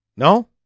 no